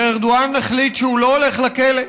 ארדואן החליט שהוא לא הולך לכלא,